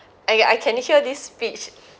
I I can hear this speech